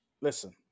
listen